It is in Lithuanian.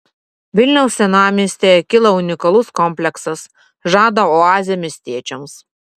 vilniaus senamiestyje kyla unikalus kompleksas žada oazę miestiečiams